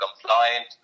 compliant